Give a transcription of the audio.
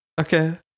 Okay